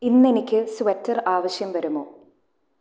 ഇന്ന് എനിക്ക് സ്വെറ്റർ ആവശ്യം വരുമോ